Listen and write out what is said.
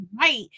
right